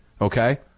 okay